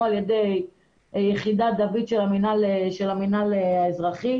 על ידי יחידת דוד של המינהל האזרחי.